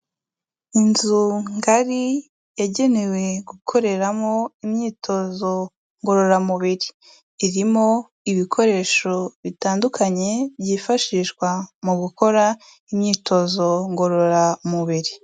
Inzu ngari yagenewe gukoreramo imyitozo ngororamubiri, irimo ibikoresho bitandukanye byifashishwa mu gukora imyitozo ngororamubiri.